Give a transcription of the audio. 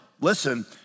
listen